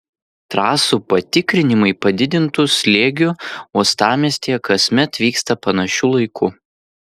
trasų patikrinimai padidintu slėgiu uostamiestyje kasmet vyksta panašiu laiku